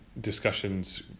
discussions